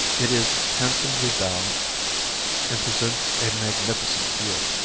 it is handsomely bounded and presents a magnificent view.